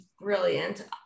brilliant